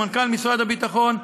ומנכ"ל משרד הביטחון,